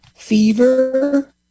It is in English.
Fever